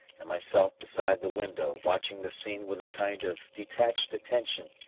and myself beside the window watching the scene with a kind of detached attention,